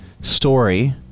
story